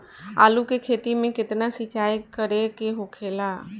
आलू के खेती में केतना सिंचाई करे के होखेला?